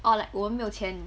or like 我们没有钱